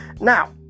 Now